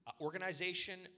Organization